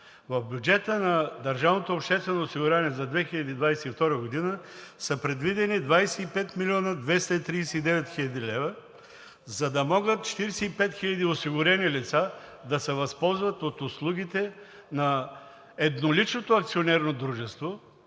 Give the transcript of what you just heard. в бюджета на държавното обществено осигуряване за 2022 г. са предвидени 25 млн. 239 хил. лв., за да могат 45 хил. осигурени лица да се възползват от услугите на едноличното акционерно дружество,